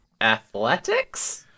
athletics